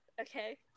Okay